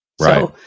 Right